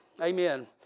amen